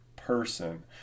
person